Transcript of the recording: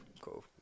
cool